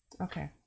Okay